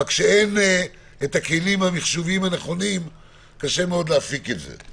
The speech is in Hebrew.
כשאין את הכלים המחשוביים הנכונים קשה מאוד להשיג את זה.